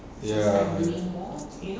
ya